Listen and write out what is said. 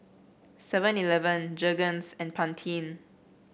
Seven Eleven Jergens and Pantene